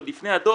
עוד לפני הדו"ח,